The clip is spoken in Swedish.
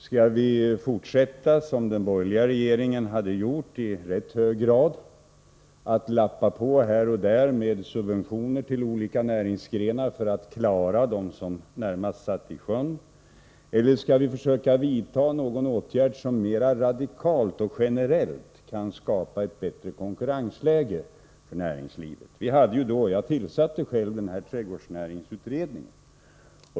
Skulle vi fortsätta, som den borgerliga regeringen hade gjort i rätt hög grad, att lappa på här och där med subventioner till olika näringsgrenar för att klara dem som närmast satt i sjön, eller skulle vi vidta någon åtgärd som mera radikalt och generellt kunde skapa ett bättre konkurrensläge för näringslivet? Jag tillsatte själv trädgårdsnäringsutredningen.